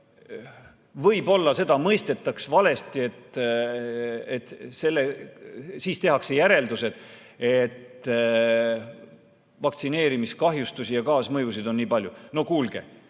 võib-olla seda mõistetaks valesti, tehakse järeldus, et vaktsineerimiskahjustusi ja kaasmõjusid on nii palju. No kuulge,